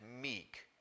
meek